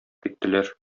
киттеләр